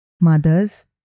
Mothers